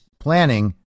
planning